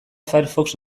firefox